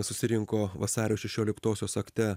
susirinko vasario šešioliktosios akte